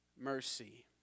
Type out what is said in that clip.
mercy